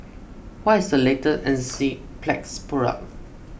what is the latest Enzyplex product